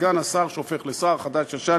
לסגן השר שהופך לשר חדש-ישן,